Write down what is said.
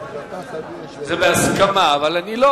זה בהסכמה של כולם.